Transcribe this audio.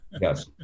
Yes